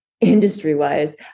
industry-wise